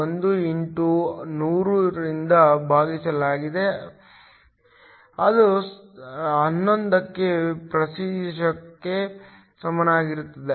1 x 100 ರಿಂದ ಭಾಗಿಸಲಾಗಿದೆ ಅದು 11 ಪ್ರತಿಶತಕ್ಕೆ ಸಮಾನವಾಗಿರುತ್ತದೆ